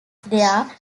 their